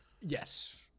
Yes